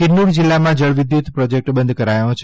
કીન્નૂર જિલ્લામાં જળવિદ્યુત પ્રોજેક્ટ બંધ કરાયો છે